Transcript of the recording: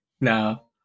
No